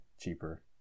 cheaper